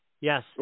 Yes